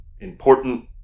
important